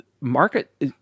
market